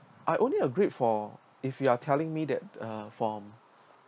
I only agreed for if you are telling me that uh from